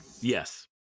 Yes